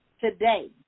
today